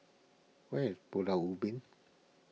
where is Pulau Ubin